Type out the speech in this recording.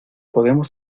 podemos